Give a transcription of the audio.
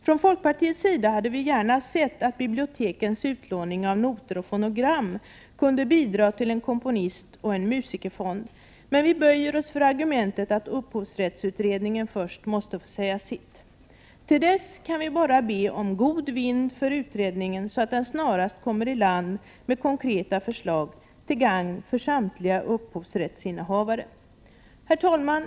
Från folkpartiets sida hade vi gärna sett att bibliotekens utlåning av noter och fonogram kunde bidra till en komponistoch en musikerfond, men vi böjer oss för argumentet att upphovsrättsutredningen först måste få säga sitt. Till dess kan vi bara be om god vind för utredningen, så att den snarast kommer i land med konkreta förslag till gagn för samtliga upphovsrättsinnehavare. Herr talman!